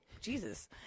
Jesus